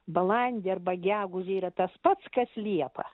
balandį arba gegužę yra tas pats kas liepą